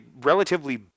relatively